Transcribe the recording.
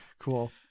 cool